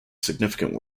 significant